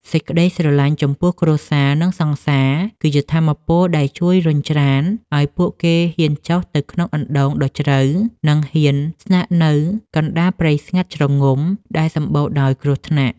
សេចក្តីស្រឡាញ់ចំពោះគ្រួសារ និងសង្សារ គឺជាថាមពលដែលជួយរុញច្រានឱ្យពួកគេហ៊ានចុះទៅក្នុងអណ្ដូងដ៏ជ្រៅ និងហ៊ានស្នាក់នៅកណ្ដាលព្រៃស្ងាត់ជ្រងំដែលសម្បូរដោយគ្រោះថ្នាក់។